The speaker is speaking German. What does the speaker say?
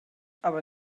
aber